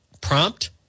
prompt